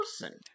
person